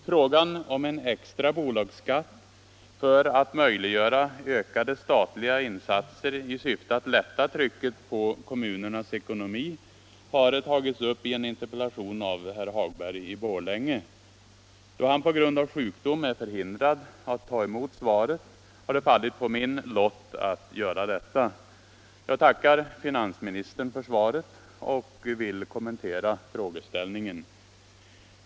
Frågan om en extra bolagsskatt för att möjliggöra ökade statliga insatser i syfte att lätta trycket på kommunernas ekonomi har tagits upp i en interpellation av herr Hag = Nr 23 berg i Borlänge. Då han på grund av sjukdom är förhindrad att ta emot Tisdagen den svaret har det fallit på min lott att göra detta. Jag tackar finansministern 18 november 1975 för svaret och vill kommentera frågeställningen.